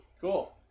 Cool